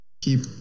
keep